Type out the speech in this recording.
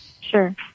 Sure